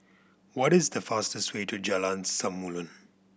what is the fastest way to Jalan Samulun